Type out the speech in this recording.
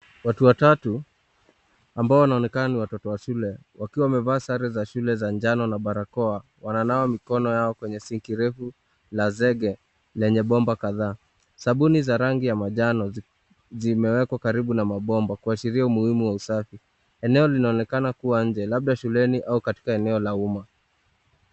Watu watatu ambao wanaonekana ni watoto wa shule wakiwa wamevaa sare za shule za njano na barakoa wananawa mikono yao kwenye sinki refu la zege lenye bomba kadhaa. Sabuni za rangi ya manjano zimewekwa karibu na mabomba kuashiria umuhimu wa usafi. Eneo linaonekana kuwa nje, labda shuleni au katika eneo la umma.